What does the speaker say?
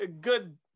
good